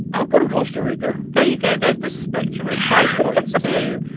i'll go to costa rica. there you go. there's the spectrum of price points, too.